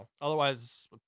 Otherwise